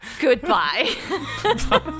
Goodbye